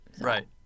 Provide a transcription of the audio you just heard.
Right